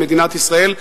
מדינת ישראל,